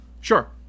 sure